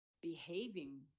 behaving